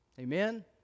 Amen